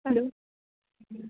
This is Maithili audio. हेलो